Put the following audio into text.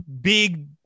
big